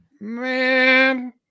man